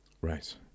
Right